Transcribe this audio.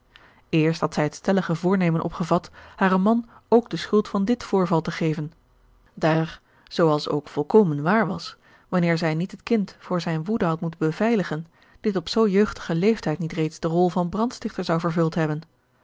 eerst had zij het stellige voornemen opgevat haren man ook de schuld van dit voorval te geven daar zoo als ook volkomen waar was wanneer zij niet het kind voor zijne woede had moeten beveiligen dit op zoo jeugdigen leeftijd niet reeds de rol van brandstichtster zou vervuld hebben